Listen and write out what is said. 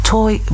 Toy